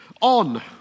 On